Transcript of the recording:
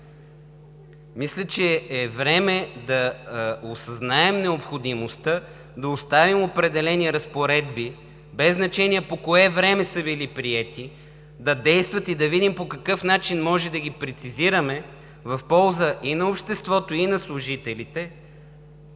Мисля, че е време да осъзнаем необходимостта да оставим определени разпоредби, без значение по кое време са били приети, да действат и да видим по какъв начин може да ги прецизираме в полза и на обществото, и на служителите,